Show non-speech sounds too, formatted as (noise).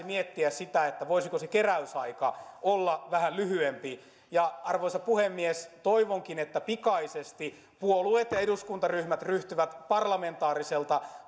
(unintelligible) miettiä myös sitä voisiko se keräysaika olla vähän lyhyempi arvoisa puhemies toivonkin että pikaisesti puolueet ja eduskuntaryhmät ryhtyvät parlamentaariselta (unintelligible)